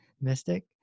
mystic